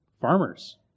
Farmers